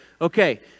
okay